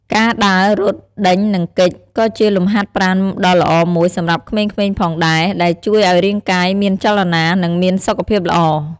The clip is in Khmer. ការដើរ រត់ ដេញ និងគេច ក៏ជាលំហាត់ប្រាណដ៏ល្អមួយសម្រាប់ក្មេងៗផងដែរ ដែលជួយឱ្យរាងកាយមានចលនា និងមានសុខភាពល្អ។